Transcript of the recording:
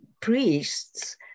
priests